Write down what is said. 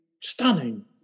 stunning